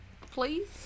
please